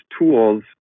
tools